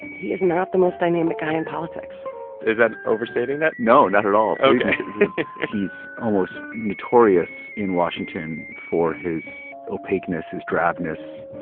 he is not the most dynamic guy in politics is that overstating that? no, not at all ok he's almost notorious in washington for his opaqueness, his drabness,